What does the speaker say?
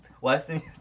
Weston